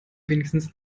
wenigstens